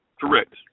Correct